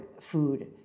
food